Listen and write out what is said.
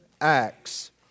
Acts